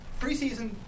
Preseason